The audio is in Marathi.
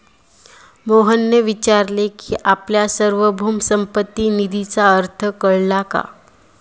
मोहनने विचारले की आपल्याला सार्वभौम संपत्ती निधीचा अर्थ कळला का?